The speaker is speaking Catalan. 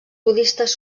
budistes